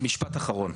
משפט אחרון.